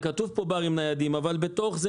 כתוב פה בארים ניידים אבל בתוך זה